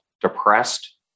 depressed